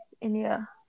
India